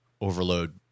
overload